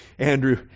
Andrew